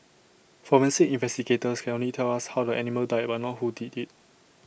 forensic investigations can only tell us how the animal died but not who did IT